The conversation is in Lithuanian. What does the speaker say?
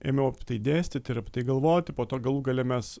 ėmiau dėstyti ir apie tai galvoti po to galų gale mes